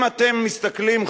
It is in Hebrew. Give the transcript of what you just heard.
אם אתם מסתכלים,